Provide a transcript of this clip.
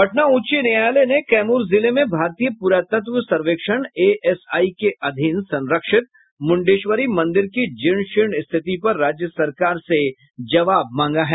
पटना उच्च न्यायालय ने कैमूर जिले में भारतीय पूरातत्व सर्वेक्षण एएसआई के अधीन संरक्षित मुंडेश्वरी मंदिर की जीर्ण शीर्ण स्थिति पर राज्य सरकार से जवाब मांगा है